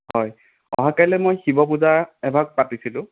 হয় অহা কাইলৈ মই শিৱ পূজা এভাগ পাতিছিলোঁ